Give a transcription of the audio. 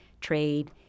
trade